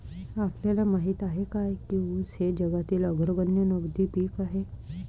आपल्याला माहित आहे काय की ऊस हे जगातील अग्रगण्य नगदी पीक आहे?